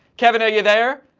kevin, are you there?